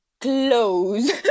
close